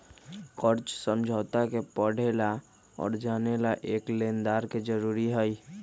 कर्ज समझौता के पढ़े ला और जाने ला एक लेनदार के जरूरी हई